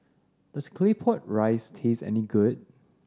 does Claypot Rice taste any good